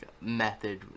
method